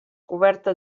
coberta